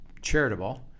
charitable